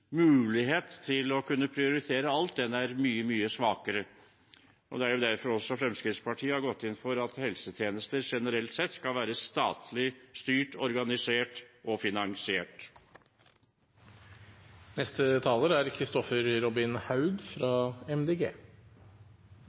mulighet til å kunne prioritere alt er mye, mye svakere. Det er derfor Fremskrittspartiet har gått inn for at helsetjenester generelt sett skal være statlig styrt, organisert og finansiert. Det er